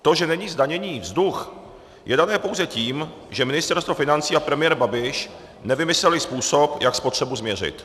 To, že není zdaněný vzduch, je dané pouze tím, že Ministerstvo financí a premiér Babiš nevymysleli způsob, jak spotřebu změřit.